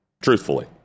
truthfully